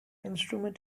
instrument